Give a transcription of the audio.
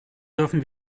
dürfen